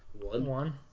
One